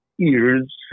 ears